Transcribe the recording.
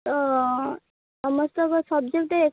ଅ ସମସ୍ତଙ୍କ ସବଜେକ୍ଟ୍